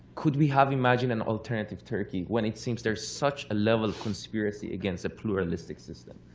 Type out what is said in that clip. could we have imagined an alternative turkey when it seems there's such a level of conspiracy against a pluralistic system.